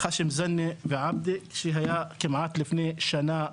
ח'שם זנה, ועבדה, שהיה כמעט לפני שנה וחצי.